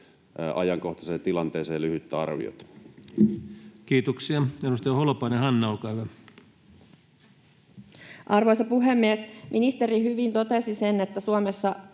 ajankohtaisesta tilanteesta lyhyttä arviota. Kiitoksia. — Edustaja Holopainen, Hanna, olkaa hyvä. Arvoisa puhemies! Ministeri hyvin totesi sen, että Suomessa